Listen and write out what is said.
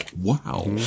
wow